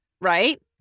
Right